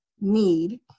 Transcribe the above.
need